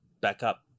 backup